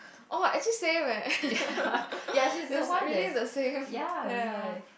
oh actually same eh it's really the same ya